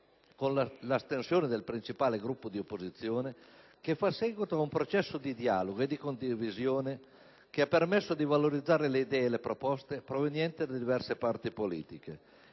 con l'astensione del principale Gruppo di opposizione, che fa seguito a un processo di dialogo e di condivisione che ha permesso di valorizzare le idee e le proposte provenienti da diverse parti politiche.